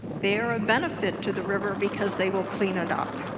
they are a benefit to the river because they will clean it um